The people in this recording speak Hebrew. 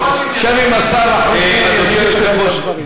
אדוני היושב-ראש,